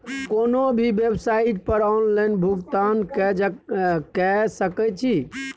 कोनो भी बेवसाइट पर ऑनलाइन भुगतान कए सकैत छी